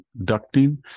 ducting